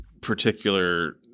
particular